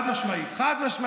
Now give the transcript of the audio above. זה אחד שהוא הביא.